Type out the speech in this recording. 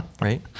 right